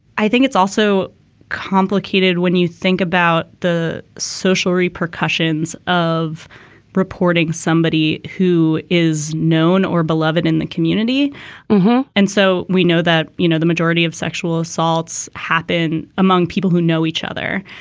i think it's also complicated when you think about the social repercussions of reporting somebody who is known or beloved in the community and so we know that, you know, the majority of sexual assaults happen among people who know each other.